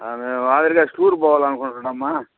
మేము మాదిరిగా టూర్ పోవాలి అనుకుంటున్నమ్మ